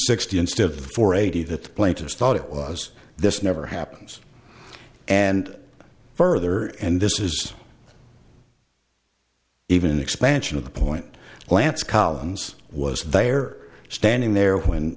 sixty instead of four eighty that the plaintiffs thought it was this never happens and further and this is even expansion of the point lance collins was they are standing there when